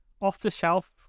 Off-the-shelf